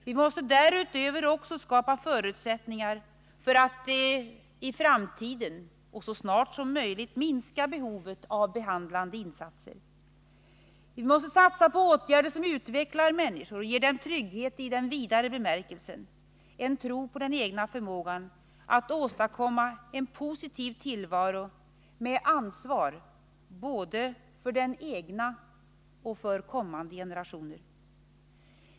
Vi måste därutöver också skapa förutsättningar för att i framtiden, och så snart som möjligt, minska behovet av behandlande insatser. Vi måste satsa på åtgärder som utvecklar människor och ger dem trygghet i en vidare bemärkelse, en tro på den egna förmågan att åstadkomma en positiv tillvaro med ansvar för både den egna generationen och kommande generationer.